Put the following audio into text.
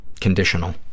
conditional